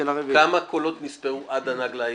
כמה קולות נספרו עד הנגלה ההיא?